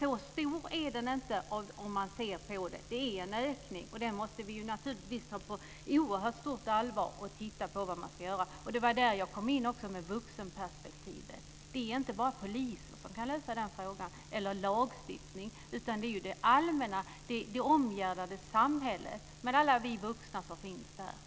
Så stor är den inte om man ser på den. Det är en ökning, och det måste vi naturligtvis ta på oerhört stort allvar. Vi måste titta på vad vi ska göra. Det var där jag också kom in på vuxenperspektivet. Det är inte bara poliser eller lagstiftning som kan lösa denna fråga. Det är det allmänna, det omgärdande samhället med alla de vuxna som finns där.